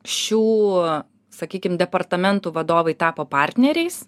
šių sakykim departamentų vadovai tapo partneriais